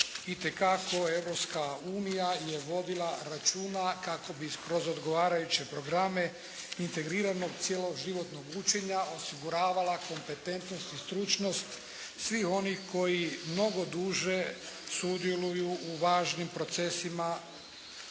unija je vodila računa kako bi kroz odgovarajuće programe integriranog cjeloživotnog učenja osiguravala kompetentnost i stručnost svih onih koji mnogo duže sudjeluju u važnim procesima